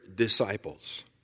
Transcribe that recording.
Disciples